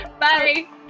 bye